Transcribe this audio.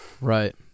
right